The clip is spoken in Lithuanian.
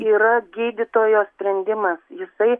yra gydytojo sprendimas jisai